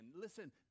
listen